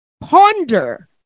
ponder